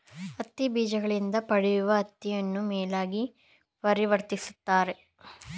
ಹತ್ತಿ ಬೀಜಗಳಿಂದ ಪಡಿಸುವ ಹತ್ತಿಯನ್ನು ಮೇಲಾಗಿ ಪರಿವರ್ತಿಸುತ್ತಾರೆ